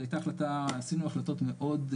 עשינו החלטות מאוד,